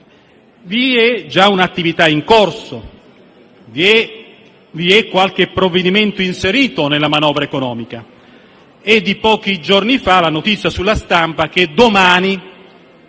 vi è già un'attività in corso, vi è qualche provvedimento inserito nella manovra economica. È di pochi giorni fa la notizia di stampa che domani